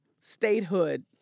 statehood